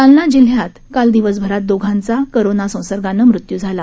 जालना जिल्ह्यात काल दिवसभरात दोघांचा कोरोना संसर्गानं मृत्यू झाला